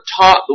taught